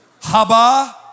Haba